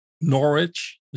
Norwich